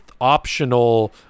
optional